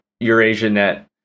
EurasiaNet